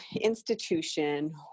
institution